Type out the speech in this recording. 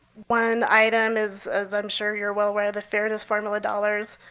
one item is, as i'm sure you're well aware, the fairness formula dollars